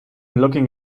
looking